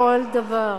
כל דבר.